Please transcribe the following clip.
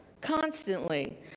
constantly